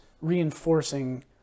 reinforcing